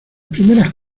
primeras